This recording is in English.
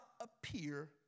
appear